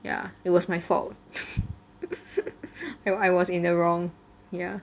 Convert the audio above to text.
ya it was my fault I was in the wrong ya